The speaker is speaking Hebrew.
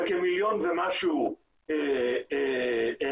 וכמיליון ומשהו --- מבודדים,